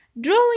Drawing